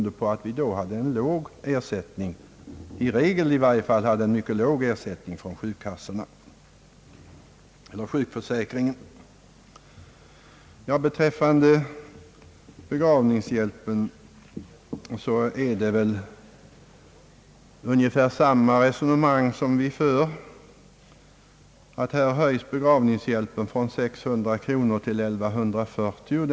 Detta hängde samman med att man då i regel hade en mycket låg ersättning från sjukkassorna eller den allmänna sjukförsäkringen. Beträffande begravningshjälpen för vi ungefär samma resonemang — den höjs från 600 kronor till 1140 kronor.